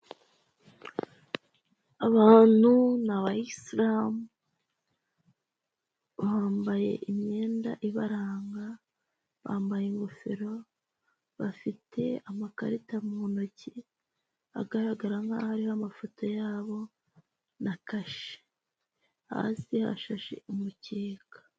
Abantu ni abayisiramu bambaye imyenda ibaranga, bambaye ingofero, bafite amakarita mu ntoki agaragara nkaho hariho amafoto yabo na kashe, hasi hashashe umukeka.